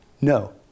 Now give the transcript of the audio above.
No